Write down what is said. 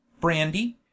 brandy